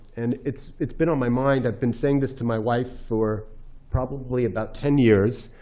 and it's it's been on my mind, i've been saying this to my wife for probably about ten years.